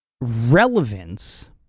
relevance